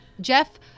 Jeff